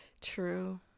True